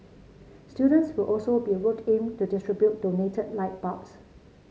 students will also be roped in to distribute donated light bulbs